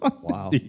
Wow